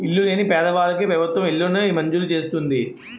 ఇల్లు లేని పేదవాళ్ళకి ప్రభుత్వం ఇళ్లను మంజూరు చేస్తుంది